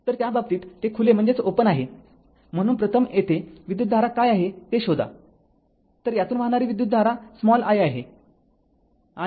तर त्या बाबतीत ते खुले आहे म्हणून प्रथम येथे विद्युतधारा काय आहे ते शोधा तर यातून वाहणारी विद्युतधारा i आहे